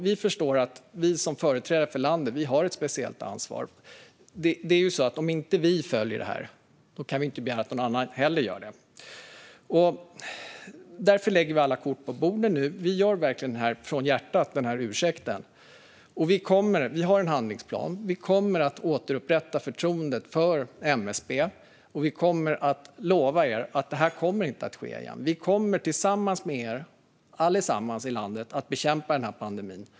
Vi förstår att vi som företrädare för landet har ett speciellt ansvar. Om inte vi följer rekommendationerna kan vi inte heller begära att någon annan gör det. Därför lägger vi alla kort på bordet nu. Vi framför verkligen ursäkten från hjärtat. Vi har en handlingsplan, och vi kommer att återupprätta förtroendet för MSB. Vi lovar er att det här inte kommer att ske igen. Vi kommer tillsammans med er allesammans i landet att bekämpa pandemin.